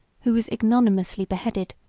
who was ignominiously beheaded,